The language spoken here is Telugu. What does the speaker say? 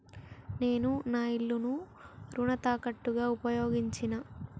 నేను నా ఇల్లును రుణ తాకట్టుగా ఉపయోగించినా